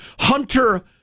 Hunter